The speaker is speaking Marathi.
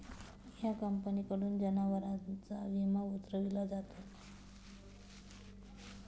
या कंपनीकडून जनावरांचा विमा उतरविला जातो